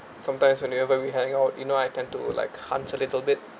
sometimes whenever we hang out you know I tend to like hunch a little bit